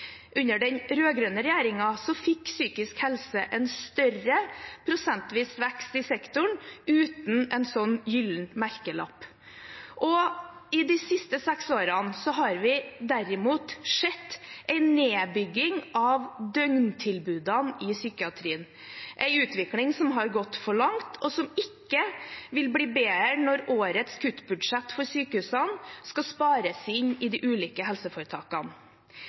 Under den rød-grønne regjeringen fikk psykisk helsehjelp en større prosentvis vekst i sektoren uten en slik gyllen merkelapp. I de siste seks årene har vi derimot sett en nedbygging av døgntilbudene i psykiatrien, en utvikling som har gått for langt, og som ikke vil bli bedre når årets kuttbudsjett for sykehusene skal spares inn i de ulike helseforetakene.